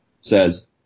says